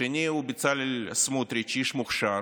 השני הוא בצלאל סמוטריץ', איש מוכשר,